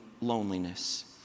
loneliness